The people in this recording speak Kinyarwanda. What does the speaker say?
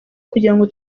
kugirango